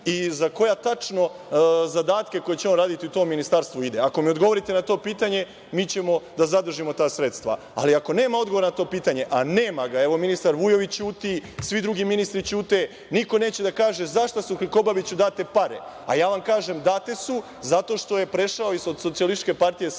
i za koje tačno zadatke koje će on raditi u tom ministarstvu ide? Ako mi odgovorite na to pitanje, mi ćemo da zadržimo ta sredstva. Ali, ako nema odgovora na to pitanje, a nema ga, evo ministar Vujović ćuti, svi drugi ministri ćute, niko neće da kaže za šta su Krkobabiću date pare. A ja vam kažem – date su zato što je prešao iz SPS u SNS. **Đorđe Milićević**